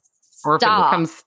stop